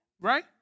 right